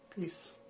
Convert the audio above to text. peace